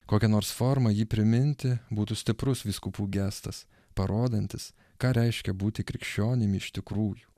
kokia nors forma jį priminti būtų stiprus vyskupų gestas parodantis ką reiškia būti krikščionimi iš tikrųjų